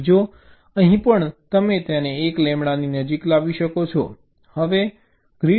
ત્રીજો અહીં પણ તમે તેને 1 લેમ્બડાની નજીક લાવી શકો છો